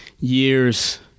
years